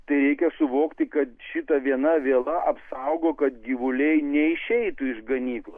tai reikia suvokti kad šita viena viela apsaugo kad gyvuliai neišeitų iš ganyklų